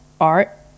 art